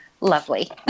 lovely